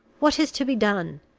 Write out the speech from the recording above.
what is to be done?